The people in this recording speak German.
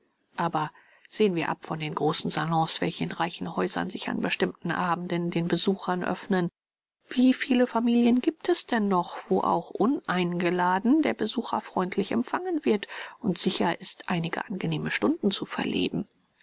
aber sehen wir ab von den großen salons welche in reichen häusern sich an bestimmten abenden den besuchern öffnen wie viele familien gibt es denn noch wo auch uneingeladen der besucher freundlich empfangen wird und sicher ist einige angenehme stunden zu verleben